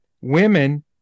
Women